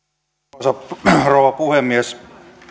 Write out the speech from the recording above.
arvoisa rouva puhemies